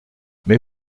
mais